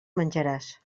menjaràs